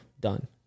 Done